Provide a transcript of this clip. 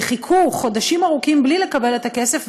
וחיכו חודשים ארוכים בלי לקבל את הכסף,